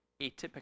atypical